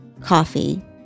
coffee